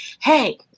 hey